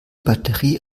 batterie